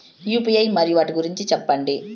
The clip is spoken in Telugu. యు.పి.ఐ మరియు వాటి గురించి సెప్పండి?